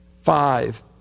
Five